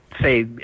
say